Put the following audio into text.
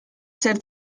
ser